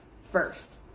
first